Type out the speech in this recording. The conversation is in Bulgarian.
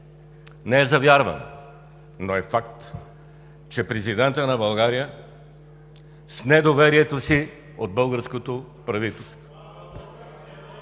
Не е за вярване, но е факт, че президентът на България сне доверието си от българското правителство!